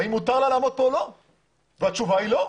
האם מותר לה לעמוד כאן או לא והתשובה היא לא.